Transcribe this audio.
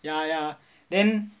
ya ya then